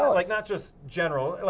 um like not just general.